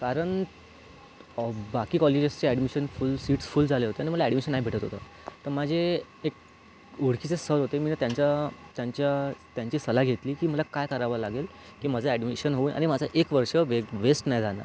कारण बाकी कॉलेजेसचे ॲडमिशन फुल सीट्स फुल झाले होते आणि मला ॲडमिशन नाही भेटत होतं तर माझे एक ओळखीचे सर होते मी त्यांच्या त्यांच्या त्यांची सलाह घेतली की मला काय करावं लागेल की माझं ॲडमिशन होईल आणि माझं एक वर्ष वेग वेस्ट नाही जाणार